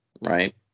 right